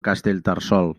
castellterçol